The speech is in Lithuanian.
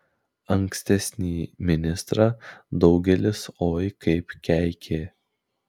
ankstesnį ministrą daugelis oi kaip keikė